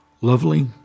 lovely